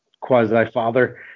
quasi-father